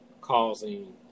causing